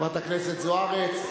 חברת הכנסת זוארץ,